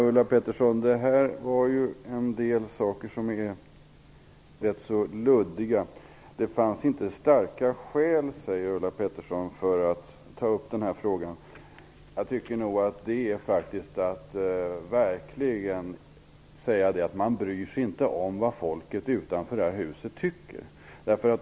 Fru talman! Ulla Pettersson sade en del saker som var rätt luddiga. Hon sade att det inte fanns starka skäl att ta upp frågan. Jag tycker att det är verkligen att säga att man inte bryr sig om vad folket utanför huset tycker.